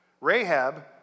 Rahab